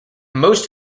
most